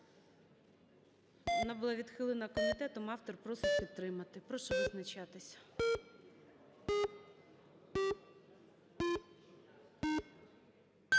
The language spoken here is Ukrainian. Вона була відхилена комітетом, а автор просить підтримати. Прошу визначатись.